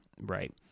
right